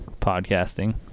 podcasting